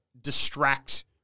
distract